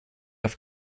auf